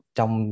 Trong